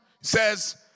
says